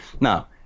Now